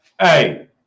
Hey